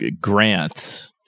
Grant